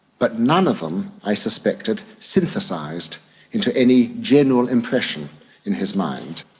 but none of them, i suspected, synthesised into any general impression in his mind.